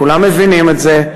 כולם מבינים את זה,